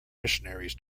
missionaries